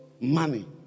Money